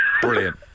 brilliant